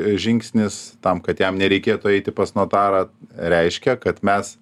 žingsnis tam kad jam nereikėtų eiti pas notarą reiškia kad mes